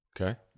Okay